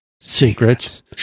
Secrets